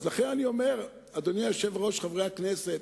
אז לכן אני אומר, אדוני היושב-ראש, חברי הכנסת,